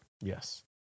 Yes